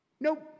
Nope